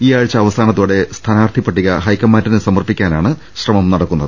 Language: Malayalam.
ഈ ആഴ്ച അവസാനത്തോടെ സ്ഥാനാർഥി പട്ടിക ്ടഹൈക്കമാൻഡിന് സമർപ്പി ക്കാനാണ് ശ്രമം നടക്കുന്നത്